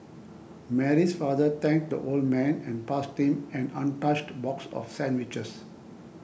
Mary's father thanked the old man and passed him an untouched box of sandwiches